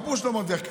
מה פירוש לא מרוויח?